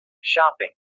Shopping